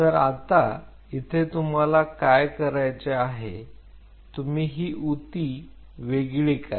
तर आता इथे तुम्हाला काय करायचे आहे तुम्ही ही ऊती वेगळी करा